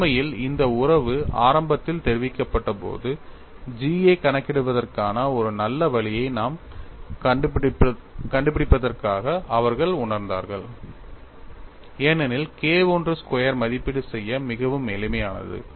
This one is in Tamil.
உண்மையில் இந்த உறவு ஆரம்பத்தில் தெரிவிக்கப்பட்டபோது G ஐக் கணக்கிடுவதற்கான ஒரு நல்ல வழியை நாம் கண்டுபிடித்திருப்பதாக அவர்கள் உணர்ந்தார்கள் ஏனெனில் K I ஸ்கொயர் மதிப்பீடு செய்ய மிகவும் எளிமையானது